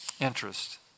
interest